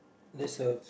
that's all